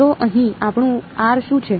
તો અહીં આપણું આર શું છે